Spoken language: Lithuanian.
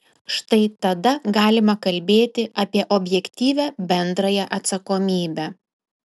štai tada galima kalbėti apie objektyvią bendrąją atsakomybę